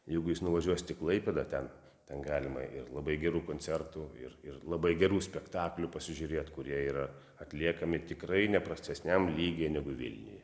jeigu jūs nuvažiuosit į klaipėdą ten ten galima ir labai gerų koncertų ir ir labai gerų spektaklių pasižiūrėt kurie yra atliekami tikrai ne prastesniam lygyj negu vilniuje